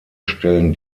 stellen